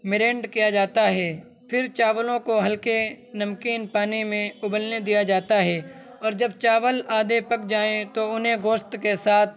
مرینڈ کیا جاتا ہے پھر چاولوں کو ہلکے نمکین پانی میں ابلنے دیا جاتا ہے اور جب چاول آدھے پک جائیں تو انہیں گوشت کے ساتھ